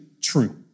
true